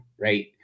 right